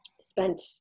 spent